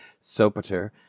Sopater